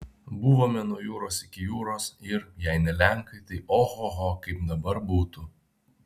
buvome nuo jūros iki jūros ir jei ne lenkai tai ohoho kaip dabar būtų